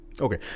Okay